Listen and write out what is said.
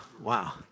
Wow